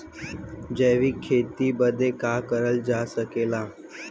जैविक खेती बदे का का करल जा सकेला?